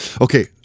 Okay